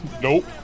Nope